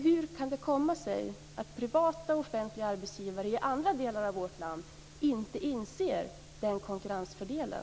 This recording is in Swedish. Hur kan det komma sig att privata och offentliga arbetsgivare i andra delar av vårt land inte inser den konkurrensfördelen?